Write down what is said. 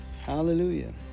Hallelujah